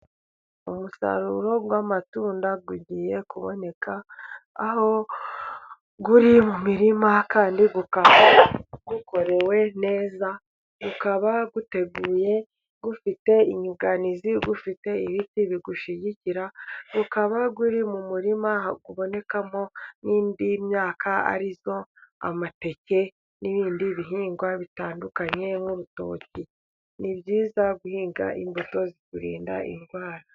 Umusaruro w'amatunda ugiye kuboneka, aho uri mu mirima kandi ukaba ukorewe neza ukaba uteguye, gufite inyunganizi, ufite ibiti biwushyigikira, ukaba uri mu murima, habonekamo n'indi myaka ari yo: amateke n'ibindi bihingwa bitandukanye, nk'urutoki. Ni byiza guhinga imbuto ziturinda indwara.